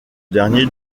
dernier